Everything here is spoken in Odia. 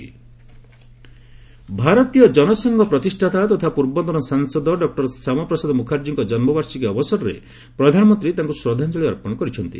ପିଏମ୍ ମୁଖାର୍ଜୀ ଭାରତୀୟ କନସଂଘ ପ୍ରତିଷ୍ଠାତା ତଥା ପୂର୍ବତନ ସାଂସଦ ଡଃ ସ୍ୟାମା ପ୍ରସାଦ ମଖାର୍ଜୀଙ୍କ ଜନୁବାର୍ଷିକୀ ଅବସରରେ ପ୍ରଧାନମନ୍ତ୍ରୀ ତାଙ୍କ ଶ୍ରଦ୍ଧାଞ୍ଜଳୀ ଅପିଣ କରିଛନ୍ତି